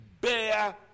bear